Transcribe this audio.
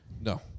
No